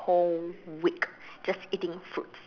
whole week just eating fruits